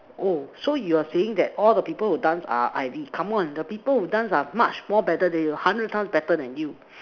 oh so you are saying that all the people who dance are I_V come on the people who dance are much more better than you hundred times better than you